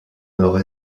nord